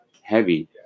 heavy